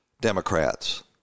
Democrats